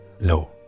no